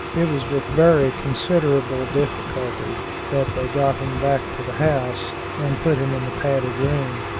it was with very considerable difficulty that they got him back to the house and put him in the padded room.